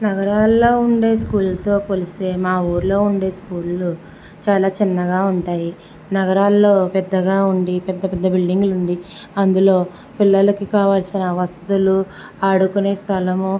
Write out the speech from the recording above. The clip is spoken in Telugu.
నగరాలలో ఉండే స్కూల్తో పోలిస్తే మా ఊళ్ళో ఉండే స్కూళ్ళు చాలా చిన్నగా ఉంటాయి నగరాలలో పెద్దగా ఉండి పెద్ద పెద్ద బిల్డింగ్లు ఉండి అందులో పిల్లలకు కావాల్సిన వసతులు ఆడుకునే స్థలం